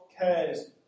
cares